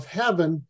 heaven